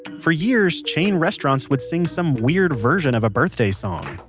for years chain restaurants would sing some weird version of a birthday song,